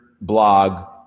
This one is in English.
blog